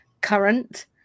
current